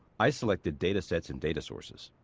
i selected data sets and data sources.